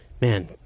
Man